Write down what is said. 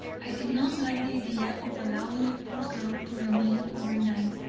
i did not like the idea of allowing the poor girl to remain over night,